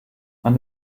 man